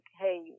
hey